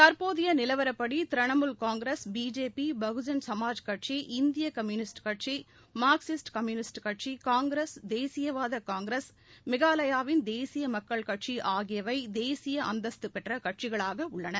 தற்போதையநிலவரப்படிதிரிணமூல் Congress BJP Bahujan Samaj கட்சி இந்தியகம்யுனிஸ்ட் கட்சி மார்க்சிஸ்ட் கம்யுனிஸ்ட் கட்சி காங்கிரஸ் தேசியவாதகாங்கிரஸ் மேகாலயாவின் தேசியமக்கள் கட்சிஆகியவைதேசியஅந்தஸ்து பெற்றகட்சிகளாகஉள்ளன